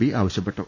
P ആവശ്യപ്പെട്ടു